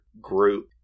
group